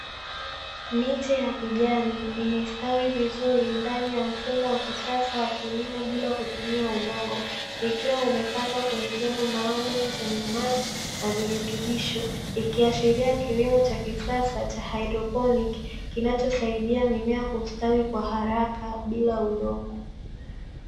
Miche ya kijani imestawi vizuri ndani ya mfumo wa kisasa wa kilimo bila kutumia udongo ikiwa imepandwa kwenye vyombo maalumu vyenye maji na virutubisho ikiashiria kilimo cha kisasa cha haidroponi kinachosaidia mimea kustawi kwa haraka bila udongo.